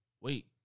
Wait